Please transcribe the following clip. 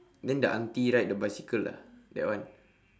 then the auntie right the bicycle ah that one